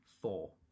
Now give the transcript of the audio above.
Four